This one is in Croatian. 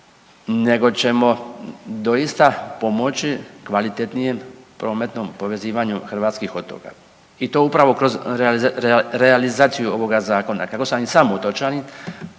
nego ćemo doista pomoći kvalitetnijem prometnom povezivanju hrvatskih otoka i to upravo kroz realizaciju ovoga zakona. Kako sam i sam otočanin